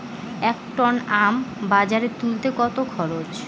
এক টন আম বাজারে তুলতে কত খরচ?